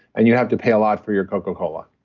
and you have to pay a lot for your coca-cola,